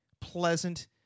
pleasant